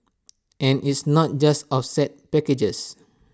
and it's not just offset packages